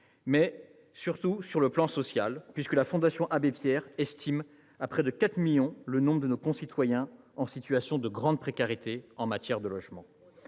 un échec sur le plan social, puisque la Fondation Abbé-Pierre estime à près de 4 millions le nombre de nos concitoyens en situation de grande précarité en matière de logement.